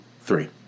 three